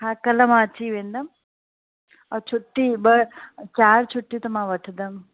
हा कल्ह मां अची वेंदमि और छुट्टी ॿ चारि छुट्टियूं त मां वठंदमि